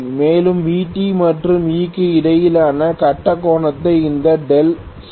மேலும் Vt மற்றும் E க்கு இடையிலான கட்டக் கோணமான இந்த δ